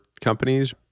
companies